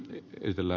etelä